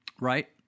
right